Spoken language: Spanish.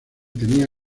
tenía